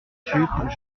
sucre